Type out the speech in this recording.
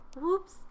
whoops